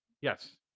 yes